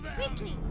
quickly!